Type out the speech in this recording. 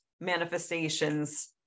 manifestations